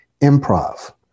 Improv